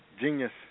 genius